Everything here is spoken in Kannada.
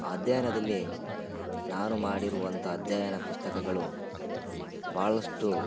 ಆ ಅಧ್ಯಯನದಲ್ಲಿ ನಾನು ಮಾಡಿರುವಂಥ ಅಧ್ಯಯನ ಪುಸ್ತಕಗಳು ಭಾಳಷ್ಟು